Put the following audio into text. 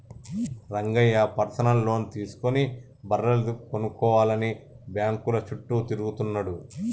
Rangayya personal loan తీసుకుని బర్రెలు కొనుక్కోవాలని బ్యాంకుల చుట్టూ తిరుగుతున్నాడు